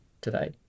today